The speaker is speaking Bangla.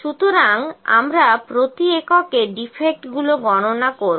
সুতরাং আমরা প্রতি এককে ডিফেক্টগুলো গননা করবো